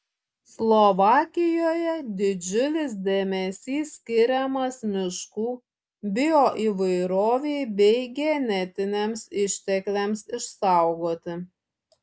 slovakijoje didžiulis dėmesys skiriamas miškų bioįvairovei bei genetiniams ištekliams išsaugoti